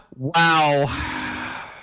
Wow